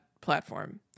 platform